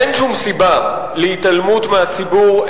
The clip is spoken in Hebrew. אין שום סיבה להתעלמות מהציבור,